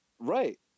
Right